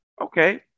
okay